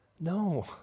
No